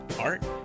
art